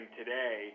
today